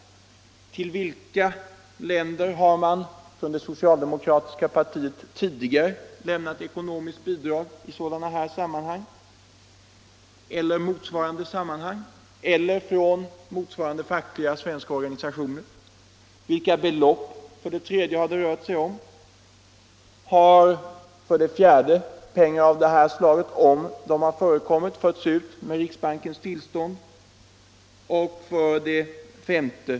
Till vilka länder har man tidigare lämnat ekonomiskt bidrag, i sådana här eller motsvarande sammanhang, från det socialdemokratiska partiet eller från svenska fackliga organisationer? 3. Vilka belopp har det rört sig om? 4. Har pengar av det här slaget — om de har förekommit — förts ut med riksbankens tillstånd? 5.